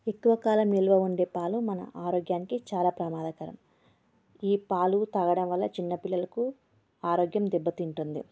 ఎక్కువ కాలం నిల్వ ఉండే పాలు మన ఆరోగ్యానికి చాలా ప్రమాదకరం ఈ పాలు తాగడం వల్ల చిన్నపిల్లలకు ఆరోగ్యం దెబ్బతింటుంది